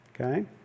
Okay